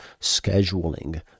scheduling